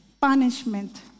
punishment